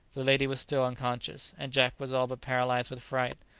the lady was still unconscious, and jack was all but paralyzed with fright.